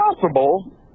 Possible